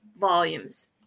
volumes